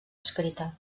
escrita